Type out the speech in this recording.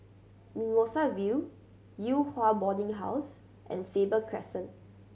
Mimosa View Yew Hua Boarding House and Faber Crescent